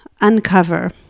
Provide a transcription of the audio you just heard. uncover